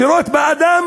לירות באדם